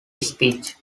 speech